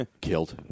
Killed